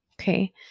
Okay